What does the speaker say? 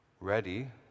ready